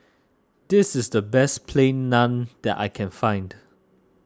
this is the best Plain Naan that I can find